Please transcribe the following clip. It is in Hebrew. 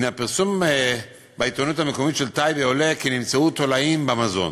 מן הפרסום בעיתונות המקומית של טייבה עולה כי נמצאו תולעים במזון.